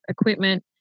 equipment